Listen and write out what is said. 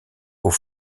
aux